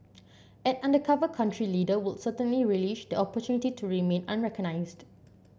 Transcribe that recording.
an undercover country leader would certainly relish the opportunity to remain unrecognised